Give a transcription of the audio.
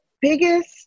biggest